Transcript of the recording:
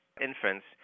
infants